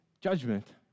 judgment